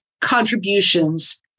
contributions